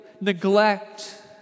neglect